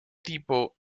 tipo